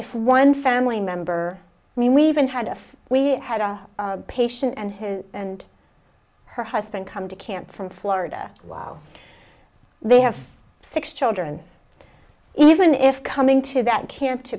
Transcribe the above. if one family member i mean we even had if we had a patient and his and her husband come to camp from florida they have six children even if coming to that camp to